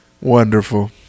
Wonderful